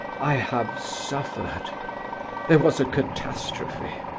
i have suffered there was a catastrophe.